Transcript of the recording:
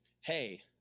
hey